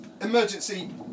emergency